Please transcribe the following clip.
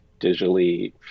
digitally